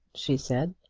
she said.